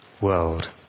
world